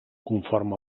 conforme